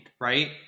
right